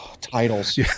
Titles